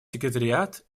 секретариат